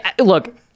Look